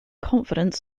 confidence